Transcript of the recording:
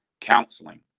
counseling